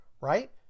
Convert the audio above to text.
right